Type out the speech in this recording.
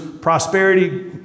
prosperity